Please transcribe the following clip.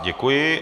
Děkuji.